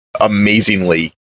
amazingly